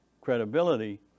credibility